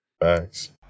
Thanks